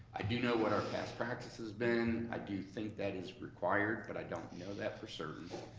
i do know what our past practice has been. i do think that is required, but i don't know that for certain.